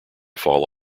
fall